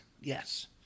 Yes